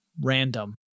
random